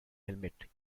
helmet